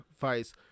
Vice